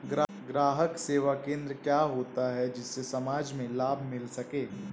ग्राहक सेवा केंद्र क्या होता है जिससे समाज में लाभ मिल सके?